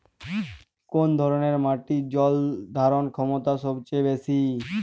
কোন ধরণের মাটির জল ধারণ ক্ষমতা সবচেয়ে বেশি?